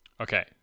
Okay